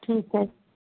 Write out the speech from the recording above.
ਠੀਕ ਹੈ